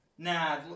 Nah